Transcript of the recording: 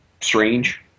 strange